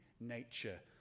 nature